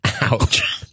Ouch